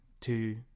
two